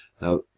Now